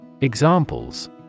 Examples